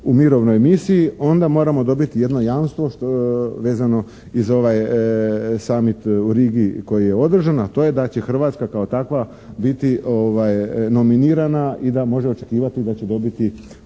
u mirovnoj misiji onda moramo dobiti jedno jamstvo vezano i za ovaj summit u Rigi koji je održan a to je da će Hrvatska kao takva biti nominirana i da može očekivati da će dobiti